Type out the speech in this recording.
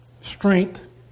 strength